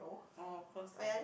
orh close